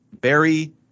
Barry –